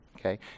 Okay